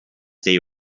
they